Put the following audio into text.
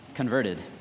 converted